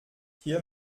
hier